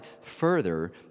further